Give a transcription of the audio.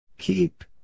Keep